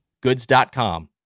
goods.com